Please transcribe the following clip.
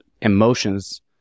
emotions